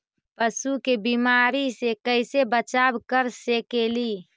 पशु के बीमारी से कैसे बचाब कर सेकेली?